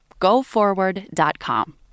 GoForward.com